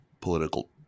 political